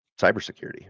cybersecurity